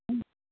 ம்